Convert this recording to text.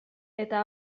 eta